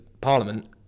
parliament